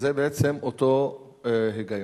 זה בעצם אותו היגיון.